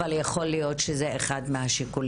אבל יכול להיות שזה אחד מהשיקולים.